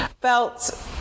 felt